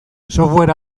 software